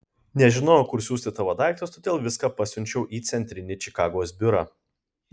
nežinojau kur siųsti tavo daiktus todėl viską pasiunčiau į centrinį čikagos biurą